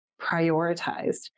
prioritized